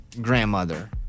grandmother